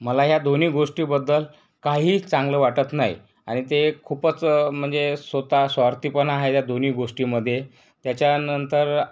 मला ह्या दोन्ही गोष्टीबद्दल काहीच चांगलं वाटत नाही आणि ते खूपच म्हणजे स्वतः स्वार्थीपणा हाय या दोन्ही गोष्टीमध्ये त्याच्यानंतर